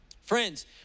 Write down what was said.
Friends